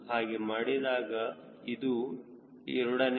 ಹಾಗೆ ಮಾಡಿದಾಗ ಇದು a